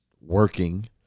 working